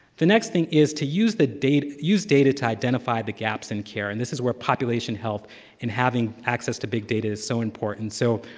the next thing is to use the use data to identify the gaps in care, and this is where population health and having access to big data is so important. so,